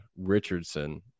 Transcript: Richardson